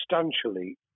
substantially